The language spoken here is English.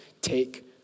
take